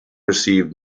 received